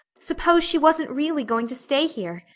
suppose she wasn't really going to stay here!